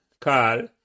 Carl